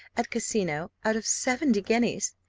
at casino, out of seventy guineas.